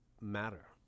matter